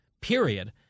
period